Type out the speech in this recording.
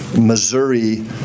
Missouri